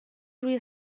روی